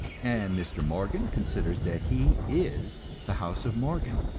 and mr. morgan considers that he is the house of morgan,